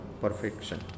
perfection